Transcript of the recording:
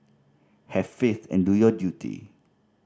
have faith and do your duty